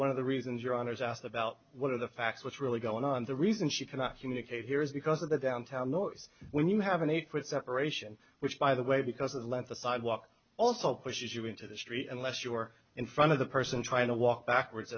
one of the reasons your honour's asked about what are the facts what's really going on the reason she cannot communicate here is because of the downtown noise when you have an eight foot separation which by the way because of the length the sidewalk also pushes you into the street unless you're in front of the person trying to walk backwards